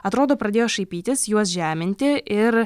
atrodo pradėjo šaipytis juos žeminti ir